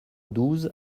douze